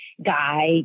Guy